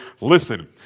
listen